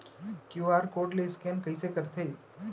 QR code ले scan कइसे करथे?